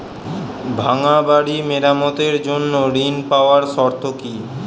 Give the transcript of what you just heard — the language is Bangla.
ভাঙ্গা বাড়ি মেরামতের জন্য ঋণ পাওয়ার শর্ত কি?